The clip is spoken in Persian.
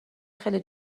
خیلی